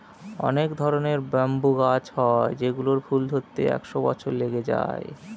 অনেক ধরনের ব্যাম্বু গাছ হয় যেগুলোর ফুল ধরতে একশো বছর লেগে যায়